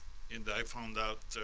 and i found out